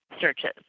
searches